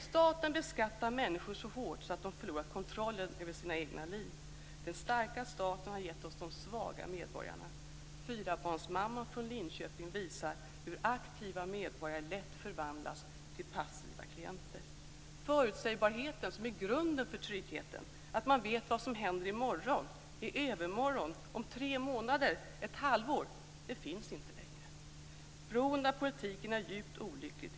Staten beskattar människor så hårt att de förlorar kontrollen över sina egna liv. Den starka staten har givit oss de svaga medborgarna. Fyrabarnsmamman från Linköping visar hur aktiva medborgare lätt förvandlas till passiva klienter. Förutsägbarheten - det är grunden för tryggheten; att man vet vad som händer i morgon, i övermorgon, om tre månader och ett halvår - finns inte längre. Beroendet av politiken är djupt olyckligt.